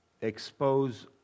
expose